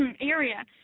area